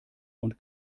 und